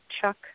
Chuck